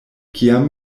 kiam